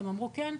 הם אמרו כן,